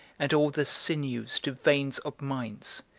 and all the sinews to veins of mines,